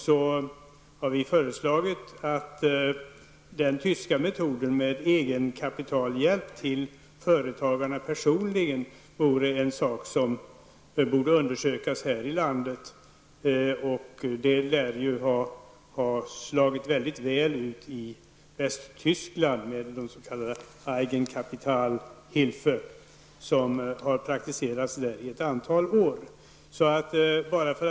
Vi har sagt att den tyska metoden med egetkapitalhjälp till företagarna personligen kan vara något som borde undersökas här i landet. Detta lär ha slagit väldigt väl ut i Västtyskland. Jag tänker alltså på västtyskarnas ''Eigenkapitalhilfe'' -- något som har praktiserats i Västtyskland under ett antal år.